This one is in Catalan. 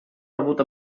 rebut